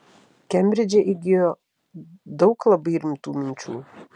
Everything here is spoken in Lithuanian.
kembridže įgijo daug labai rimtų minčių